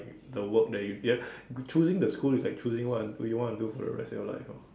the work that you get choosing the school is like choosing what you want what you want to do in the rest of your life orh